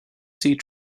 seed